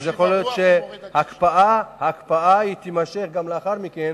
אז יכול להיות שההקפאה תימשך גם לאחר מכן,